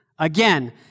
Again